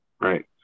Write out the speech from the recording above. Right